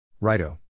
Righto